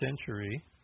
century